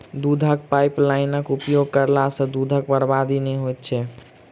दूधक पाइपलाइनक उपयोग करला सॅ दूधक बर्बादी नै होइत छै